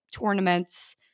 tournaments